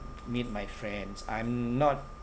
meet my friends I'm not